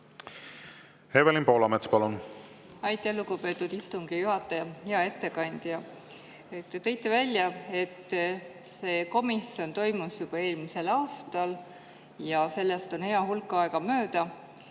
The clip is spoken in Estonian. Evelin Poolamets, palun! Aitäh, lugupeetud istungi juhataja! Hea ettekandja! Te tõite välja, et see komisjon toimus juba eelmisel aastal. Sellest on hea hulk aega möödas.